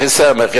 אחיסמך,